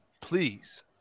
please